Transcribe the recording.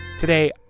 Today